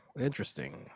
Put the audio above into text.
interesting